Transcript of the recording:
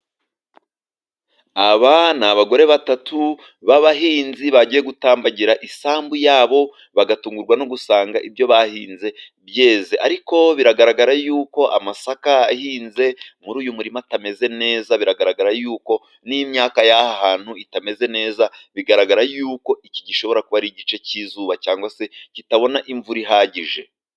Aba ni abagore batatu b'abahinzi bagiye gutambagira isambu yabo bagatungurwa no gusanga ibyo bahinze byeze ariko biragaragara yuko amasaka ahinze muri uyu murima atameze neza. Biragaragara yuko n'imyaka y'aha hantu itameze neza, bigaragara yuko iki gishobora kuba ari igice cy'izuba cyangwa se kitabona imvura ihagije.